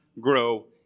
grow